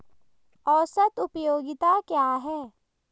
औसत उपयोगिता क्या है?